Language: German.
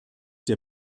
der